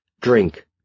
drink